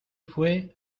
fué